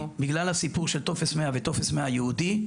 בגלל הסיפור של טופס 100 וטופס 100 ייעודי.